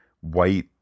white